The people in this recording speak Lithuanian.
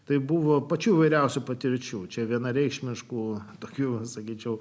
tai buvo pačių įvairiausių patirčių čia vienareikšmiškų tokiu sakyčiau